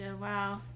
Wow